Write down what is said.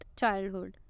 childhood